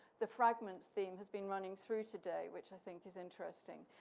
the fragments theme has been running through today, which i think is interesting.